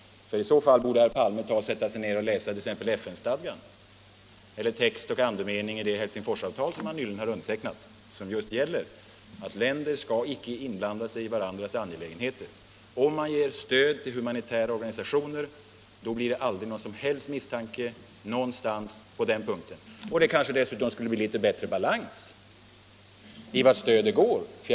Om herr Palme tror det, borde han sätta sig ned och läsa t.ex. FN-stadgan eller studera text och andemening i det Helsingforsavtal som herr Palme nyligen har undertecknat och som just gäller att länder icke skall blanda sig i varandras angelägenheter. Om man ger stöd till humanitära organisationer blir det aldrig någon som helst misstanke någonstans på den punkten. Det kanske dessutom skulle bli litet bättre balans när det gäller fördelningen av stödet.